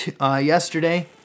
yesterday